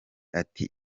ati